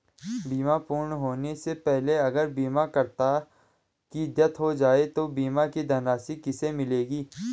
बीमा पूर्ण होने से पहले अगर बीमा करता की डेथ हो जाए तो बीमा की धनराशि किसे मिलेगी?